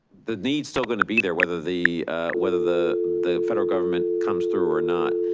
the needs still gonna be there, whether the weather the the federal government comes through or not.